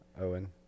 Owen